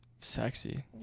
sexy